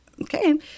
Okay